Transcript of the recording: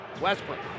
Westbrook